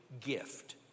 gift